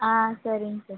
ஆ சரிங்க சார்